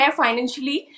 financially